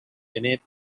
innit